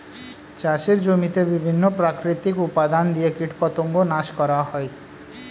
চাষের জমিতে বিভিন্ন প্রাকৃতিক উপাদান দিয়ে কীটপতঙ্গ নাশ করা হয়